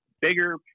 bigger